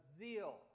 zeal